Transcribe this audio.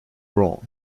wrong